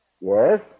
Yes